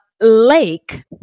Lake